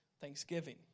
thanksgiving